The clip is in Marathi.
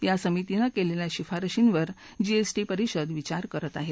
या समितीनं केलेल्या शिफारशींवर जीएसटी परिषद विचार करत आहे